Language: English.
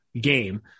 game